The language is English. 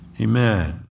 Amen